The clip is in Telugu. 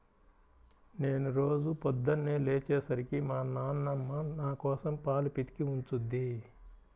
నేను రోజూ పొద్దన్నే లేచే సరికి మా నాన్నమ్మ నాకోసం పాలు పితికి ఉంచుద్ది